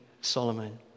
Solomon